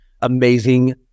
amazing